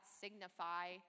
signify